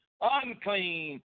unclean